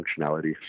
functionality